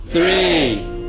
Three